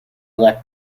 elect